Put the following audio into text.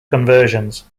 conversions